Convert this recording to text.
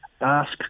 ask